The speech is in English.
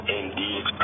indeed